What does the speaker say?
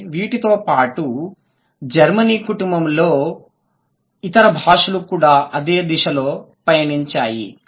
కాబట్టి వీటితో పాటు జర్మనీ కుటుంబంలోని ఇతర భాషలు కూడా అదే దిశలో పయనించాయి